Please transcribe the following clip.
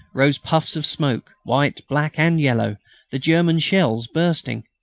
rose puffs of smoke white, black, and yellow the german shells bursting.